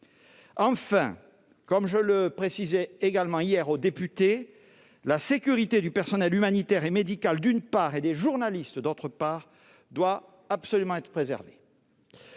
Enfin, comme je le précisais également hier aux députés, la sécurité du personnel humanitaire et médical, d'une part, et des journalistes, d'autre part, doit absolument être préservée.